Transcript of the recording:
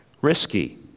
risky